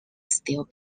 still